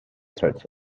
threats